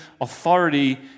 authority